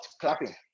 clapping